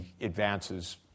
advances